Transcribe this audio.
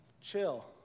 Chill